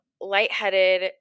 lightheaded